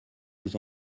vous